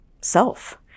self